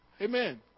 Amen